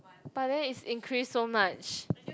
but then it's increased so much